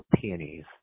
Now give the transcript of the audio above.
peonies